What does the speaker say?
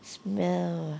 smell ah